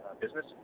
business